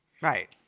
Right